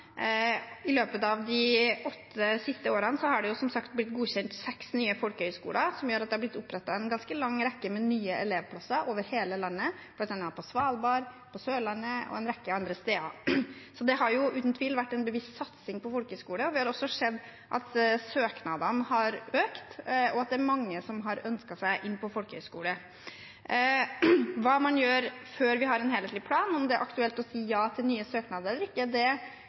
I løpet av de åtte siste årene har det som sagt blitt godkjent seks nye folkehøgskoler, noe som gjør at det har blitt opprettet en ganske lang rekke med nye elevplasser over hele landet, bl.a. på Svalbard, på Sørlandet og en rekke andre steder. Det har uten tvil vært en bevisst satsing på folkehøgskole. Vi har også sett at antallet søknader har økt, og at det er mange som har ønsket seg inn på folkehøgskole. Hva man gjør før vi har en helhetlig plan, om det er aktuelt å si ja til nye søknader eller ikke,